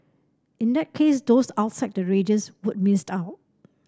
in that case those outside the radius would miss out